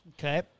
Okay